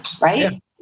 right